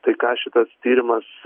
tai ką šitas tyrimas